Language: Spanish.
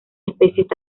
especies